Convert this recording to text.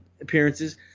appearances